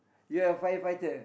ya firefighter